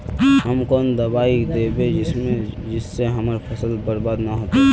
हम कौन दबाइ दैबे जिससे हमर फसल बर्बाद न होते?